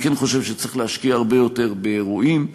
אני כן חושב שצריך להשקיע הרבה יותר באירועים,